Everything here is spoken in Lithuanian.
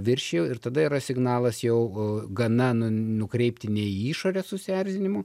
viršijau ir tada yra signalas jau gana nukreipti ne į išorę susierzinimo